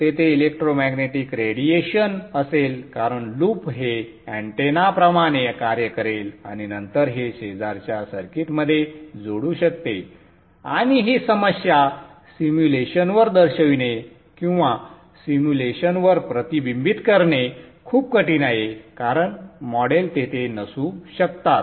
तेथे electromagnetic radiation असेल कारण लूप हे अँटेनाप्रमाणे कार्य करेल आणि नंतर हे शेजारच्या सर्किटमध्ये जोडू शकते आणि ही समस्या सिम्युलेशनवर दर्शविणे किंवा सिम्युलेशनवर प्रतिबिंबित करणे खूप कठीण आहे कारण मॉडेल तेथे नसू शकतात